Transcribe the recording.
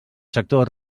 sectors